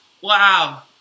Wow